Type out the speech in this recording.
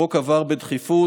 החוק עבר בדחיפות,